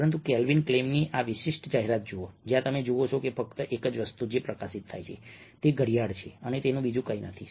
પરંતુ કેલ્વિન ક્લેઈનની આ વિશિષ્ટ જાહેરાત જુઓ જ્યાં તમે જુઓ છો કે ફક્ત એક જ વસ્તુ જે પ્રકાશિત થાય છે તે ઘડિયાળ છે અને બીજું કંઈ નથી